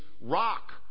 rock